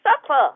suffer